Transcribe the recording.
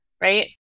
right